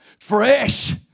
Fresh